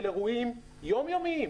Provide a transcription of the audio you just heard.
של אירועים יום-יומיים.